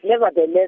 nevertheless